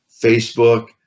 Facebook